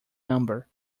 number